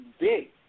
big